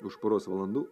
už poros valandų